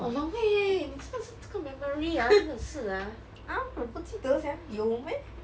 !walao! eh 你真的是这个 memory ah 真的是 ah !huh! 我不记得 sia 有 meh